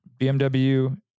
BMW